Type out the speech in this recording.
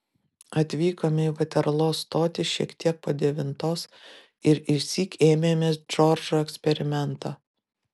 atvykome į vaterlo stotį šiek tiek po devintos ir išsyk ėmėmės džordžo eksperimento